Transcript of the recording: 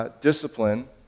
discipline